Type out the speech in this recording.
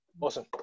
Awesome